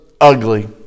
ugly